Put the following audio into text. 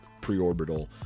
pre-orbital